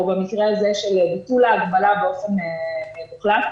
או במקרה הזה של ביטול ההגבלה באופן מוחלט.